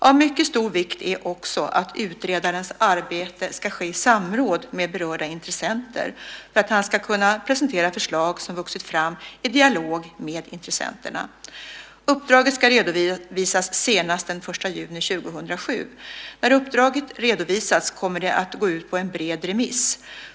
Av mycket stor vikt är också att utredarens arbete ska ske i samråd med berörda intressenter för att han ska kunna presentera förslag som vuxit fram i dialog med intressenterna. Uppdraget ska redovisas senast den 1 juni 2007. När uppdraget redovisats kommer det att gå ut på en bred remiss.